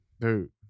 Dude